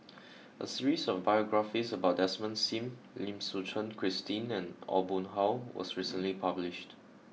a series of biographies about Desmond Sim Lim Suchen Christine and Aw Boon Haw was recently published